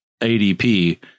ADP